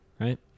right